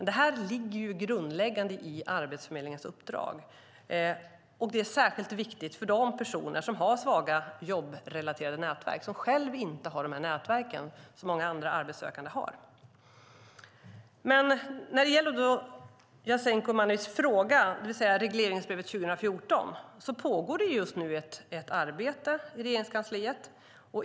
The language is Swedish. Det här är grundläggande i Arbetsförmedlingens uppdrag. Det är särskilt viktigt för de personer som har svaga jobbrelaterade nätverk, som inte har de nätverk som många andra arbetssökande har. När det gäller Jasenko Omanovics fråga om regleringsbrevet för år 2014 kan jag säga att det just nu pågår ett arbete i Regeringskansliet.